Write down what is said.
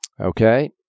Okay